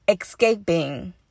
escaping